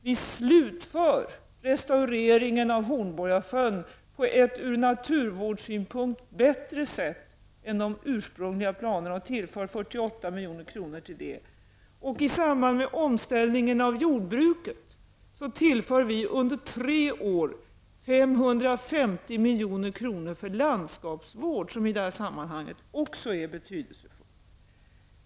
Vi slutför restaureringen av Hornborgasjön på ett ur naturvårdssynpunkt bättre sätt än enligt de ursprungliga planerna, och tillför 48 milj.kr. i detta syfte. I samband med omställningen av jordbruket tillför vi under tre år 550 milj.kr. för landskapsvård. Även det är i det här sammanhanget betydelsefullt.